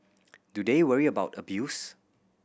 do they worry about abuse